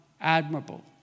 admirable